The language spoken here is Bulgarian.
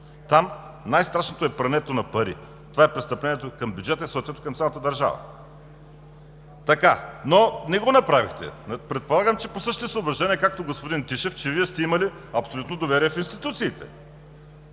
там най-страшното е прането на пари – това е престъплението към бюджета и съответно към цялата държава, но не го направихте. Предполагам, че по същите съображения, както господин Тишев, Вие сте имали абсолютно доверие в институциите,